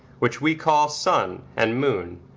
which we call sun and moon,